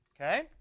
Okay